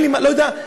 לא יודע,